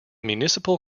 municipal